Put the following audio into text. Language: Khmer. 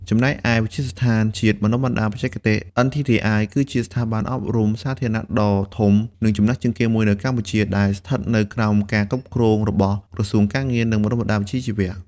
ចំណែកឯ វិទ្យាស្ថានជាតិបណ្ដុះបណ្ដាលបច្ចេកទេស (NTTI) គឺជាស្ថាប័នអប់រំសាធារណៈដ៏ធំ និងចំណាស់ជាងគេមួយនៅកម្ពុជា ដែលស្ថិតនៅក្រោមការគ្រប់គ្រងរបស់ ក្រសួងការងារ និងបណ្តុះបណ្តាលវិជ្ជាជីវៈ។